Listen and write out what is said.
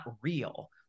real